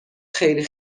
خیلی